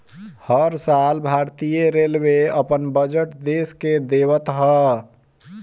हर साल भारतीय रेलवे अपन बजट देस के देवत हअ